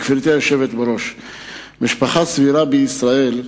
גברתי היושבת בראש, משפחה סבירה בישראל,